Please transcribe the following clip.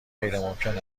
غیرممکن